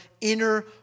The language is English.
inner